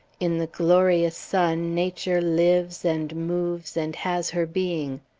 in the glorious sun nature lives and moves and has her being.